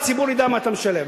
והציבור ידע מה הוא משלם.